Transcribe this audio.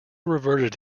reverted